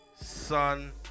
son